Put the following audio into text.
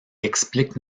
explique